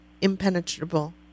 impenetrable